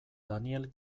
daniel